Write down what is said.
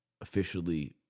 officially